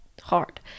hard